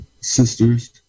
sisters